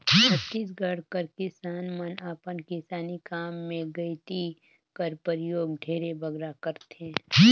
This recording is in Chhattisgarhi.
छत्तीसगढ़ कर किसान मन अपन किसानी काम मे गइती कर परियोग ढेरे बगरा करथे